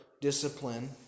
discipline